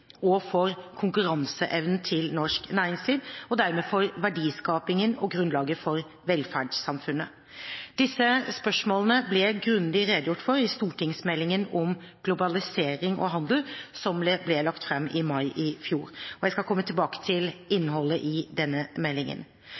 og for konkurranseevnen til norsk næringsliv, og dermed for verdiskapingen og grunnlaget for velferdssamfunnet. Disse spørsmålene ble grundig redegjort for i stortingsmeldingen om globalisering og handel, som ble lagt fram i mai i fjor. Jeg skal komme tilbake til innholdet i denne meldingen.